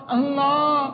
Allah